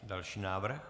Další návrh?